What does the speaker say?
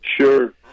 Sure